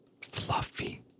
Fluffy